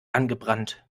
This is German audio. angebrannt